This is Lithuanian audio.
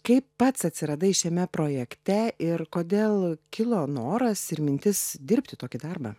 kaip pats atsiradai šiame projekte ir kodėl kilo noras ir mintis dirbti tokį darbą